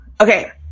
okay